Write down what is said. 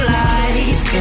life